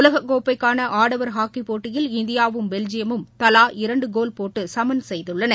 உலக கோப்பைக்கான ஆடவர் ஹாக்கி போட்டியில் இந்தியாவும் பெல்ஜியமும் தலா இரண்டு கோல் போட்டு சமன் செய்துள்ளன